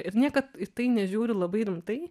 ir niekad į tai nežiūriu labai rimtai